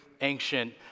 ancient